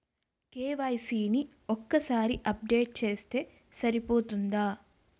KYC ని ఒక్కసారి update చేస్తే సరిపోతుందా?